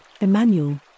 Emmanuel